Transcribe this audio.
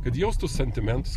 kad jaustų sentimentus